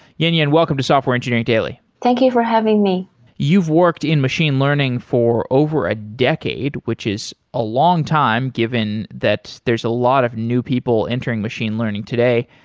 yinyin, welcome to software engineering daily thank you for having me you've worked in machine learning for over a decade, which is a long time given that there's a lot of new people entering machine learning today.